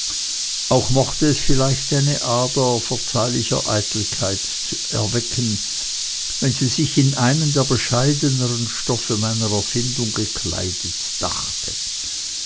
auch mochte es vielleicht eine ader verzeihlicher eitelkeit erwecken wenn sie sich in einen der bescheideneren stoffe meiner erfindung gekleidet dachte